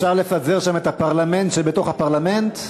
אפשר לפזר שם את הפרלמנט שבתוך הפרלמנט?